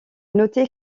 noter